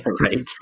right